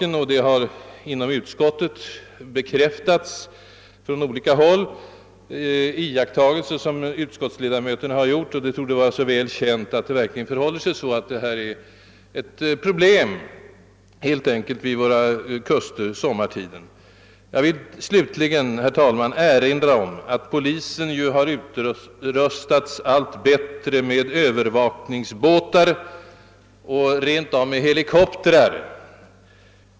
Inom utskottet har sådana företeelser bekräftats från olika håll genom åberopande av iakttagelser, som utskottets ledamöter själva gjort. Det torde vara väl känt att vi här har att göra med ett stort problem vid våra kuster sommartid. Slutligen vill jag erinra om att polisen har utrustats med allt större resurser när det gäller att disponera över övervakningsbåtar — f.ö. även helikoptrar.